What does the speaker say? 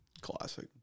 Classic